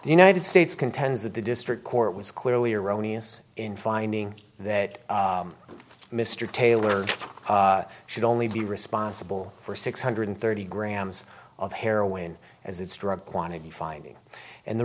the united states contends that the district court was clearly erroneous in finding that mr taylor should only be responsible for six hundred thirty grams of heroin as its drug quantity finding and the